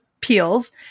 peels